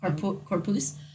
Corpus